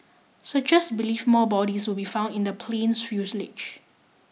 searchers believe more bodies will be found in the plane's fuselage